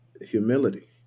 humility